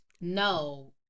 No